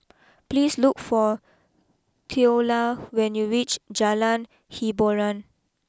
please look for Theola when you reach Jalan Hiboran